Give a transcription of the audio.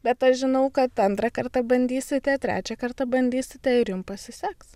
bet aš žinau kad antrą kartą bandysite trečią kartą bandysite ir jum pasiseks